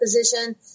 position